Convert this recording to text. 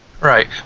right